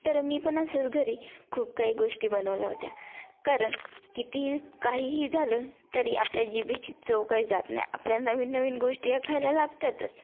तर मी पण असंच घरी खूप काही गोष्टी बनवल्या होत्या कारण कितीही काहीही झालं तरी आपल्या जिभेची चव काही जात नाही आपल्याला नवीन नवीन गोष्टी या खायला लागतातच